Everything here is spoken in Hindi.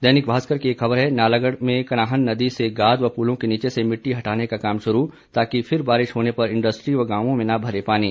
दैनिक भास्कर की एक खबर है नालागढ़ में कनाहन नदी से गाद व पूलों के नीचे से मिट्टी हटाने का काम शुरू ताकि फिर बारिश होने पर इंडस्ट्री व गांवों में न भरे पानी